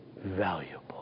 valuable